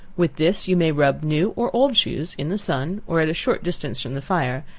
with this you may rub new or old shoes in the sun, or at a short distance from the fire,